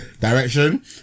direction